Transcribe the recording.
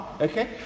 okay